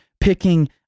picking